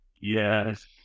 Yes